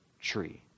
tree